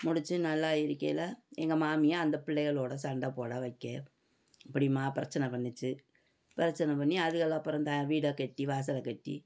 முடித்து நல்லா இருக்கையிலே எங்கள் மாமியார் அந்த பிள்ளைகளோட சண்டைப்போட வைக்க இப்படியுமா பிரச்சின பண்ணிச்சு பிரச்சின பண்ணி அதுகளை அப்புறம் த வீடைக்கட்டி வாசலைக் கட்டி